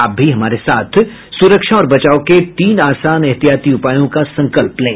आप भी हमारे साथ सुरक्षा और बचाव के तीन आसान एहतियाती उपायों का संकल्प लें